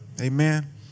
Amen